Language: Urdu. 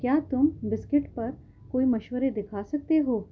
کیا تم بسکٹ پر کوئی مشورے دکھا سکتے ہو